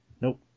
nope